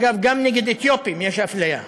אגב, גם נגד אתיופים יש הפליה,